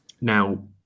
now